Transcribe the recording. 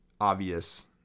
obvious